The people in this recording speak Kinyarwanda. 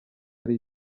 yari